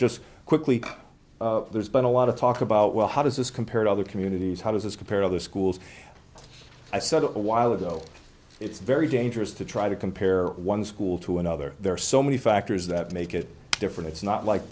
just quickly there's been a lot of talk about well how does this compare to other communities how does this compare to other schools i said a while ago it's very dangerous to try to compare one school to another there are so many factors that make it different it's not like